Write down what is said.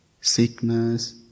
sickness